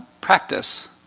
practice